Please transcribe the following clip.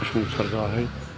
संसार जाहै